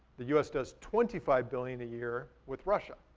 the us does twenty five billion a year with russia.